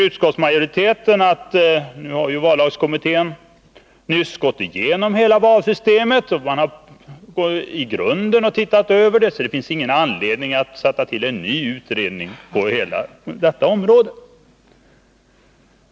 Utskottsmajoriteten anser emellertid att vallagskommittén nyss i grunden har gått igenom och sett över hela valsystemet och att det därför inte finns någon anledning att tillsätta en ny utredning på detta område.